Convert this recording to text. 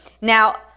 Now